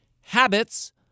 habits